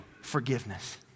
forgiveness